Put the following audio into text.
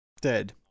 Dead